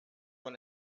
man